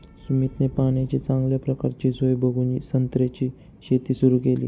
सुमितने पाण्याची चांगल्या प्रकारची सोय बघून संत्र्याची शेती सुरु केली